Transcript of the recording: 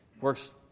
Works